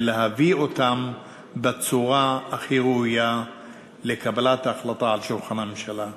ולהביא אותן בצורה הכי ראויה לקבלת החלטה על שולחן הממשלה.